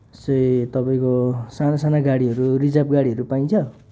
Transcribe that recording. से तपाईँको साना साना गाडीहरू रिजर्भ गाडीहरू पाइन्छ